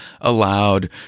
allowed